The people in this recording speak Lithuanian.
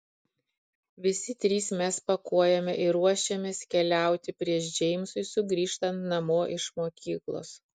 visi trys mes pakuojame ir ruošiamės keliauti prieš džeimsui sugrįžtant namo iš mokyklos